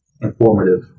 informative